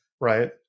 right